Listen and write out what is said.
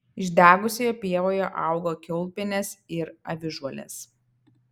išdegusioje pievoje augo kiaulpienės ir avižuolės